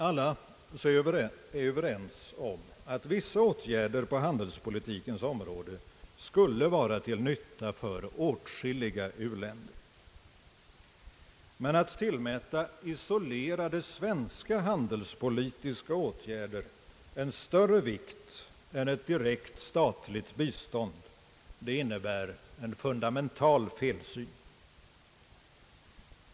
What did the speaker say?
Alla är överens om att vissa åtgärder på handelspolitikens område skulle vara till nytta för åtskilliga u-länder. Men att tillmäta isolerade svenska handelspolitiska åtgärder en större vikt än ett direkt statligt bistånd, det innebär en fundamental felsyn.